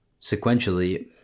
sequentially